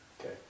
Okay